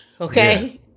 okay